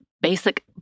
basic